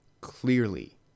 clearly